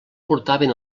portaven